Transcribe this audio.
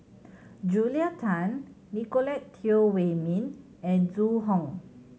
Julia Tan Nicolette Teo Wei Min and Zhu Hong